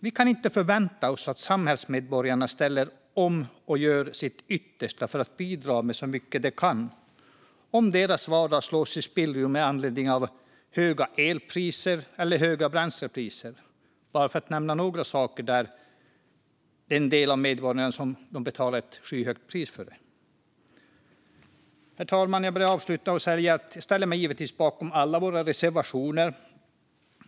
Vi kan inte förvänta oss att samhällsmedborgarna ställer om och gör sitt yttersta för att bidra så mycket de kan om deras vardag slås i spillror med anledning av höga elpriser eller höga bränslepriser, bara för att nämna några saker där en del av medborgarna betalar ett skyhögt pris. Herr talman! Jag avslutar med att säga att jag givetvis ställer mig bakom alla våra reservationer.